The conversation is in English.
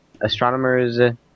Astronomers